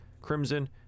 Crimson